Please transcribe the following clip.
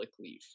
leave